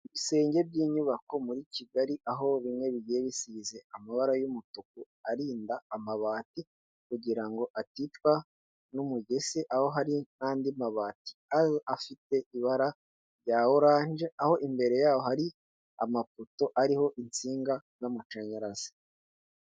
Ibisenge by'inyubako muri Kigali aho bimwe bigiye bisize amabara y'umutuku arinda amabati kugira ngo aticwa n'umugese aho hari n'andi mabati, aye afite ibara rya oranje, aho imbere yaho hari amapoto ariho insinga z'amashanyarazi.